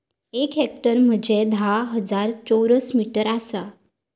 एक हेक्टर म्हंजे धा हजार चौरस मीटर आसा